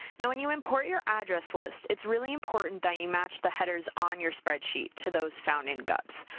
when you import your address list, it's really important that you match the headers on your spreadsheet to those found in gups.